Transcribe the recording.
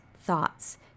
thoughts